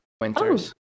winters